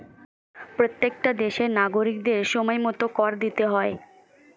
প্রত্যেকটা দেশের নাগরিকদের সময়মতো কর দিতে হয়